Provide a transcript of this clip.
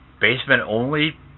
basement-only